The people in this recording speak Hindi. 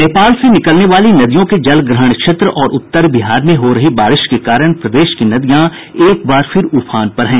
नेपाल से निकलने वाली नदियों के जल ग्रहण क्षेत्र और उत्तर बिहार में हो रही बारिश के कारण प्रदेश की नदियां एक बार फिर उफान पर हैं